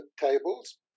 tables